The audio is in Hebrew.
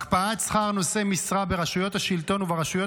הקפאת שכר נושאי משרה ברשויות השלטון וברשויות